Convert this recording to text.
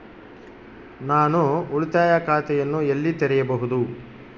ನಾನು ಉಳಿತಾಯ ಖಾತೆಯನ್ನು ಎಲ್ಲಿ ತೆರೆಯಬಹುದು?